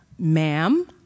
Ma'am